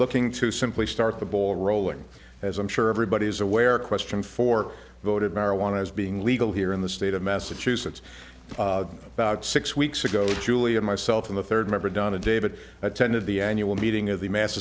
looking to simply start the ball rolling as i'm sure everybody's aware question for voted marijuana as being legal here in the state of massachusetts about six weeks ago julie and myself and the third member donna david attended the annual meeting of the mass